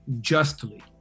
justly